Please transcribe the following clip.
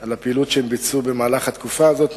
על הפעילות שהם ביצעו במהלך התקופה הזאת,